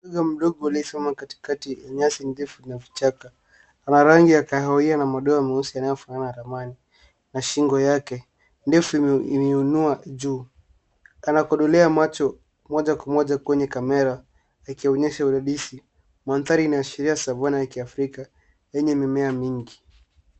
Twiga mdogo aliyesimama katikati ya nyasi ndefu na vichaka. Ana rangi ya kahawia na madoa meusi yanayofanana na ramani, na shingo yake ndefu imeiinua juu. Anakodolea macho moja kwa moja kwenye kamera akionyesha uradisi. Mandhari inayoashiria Savana ya kiafrika yenye mimea mingi.